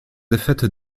défaite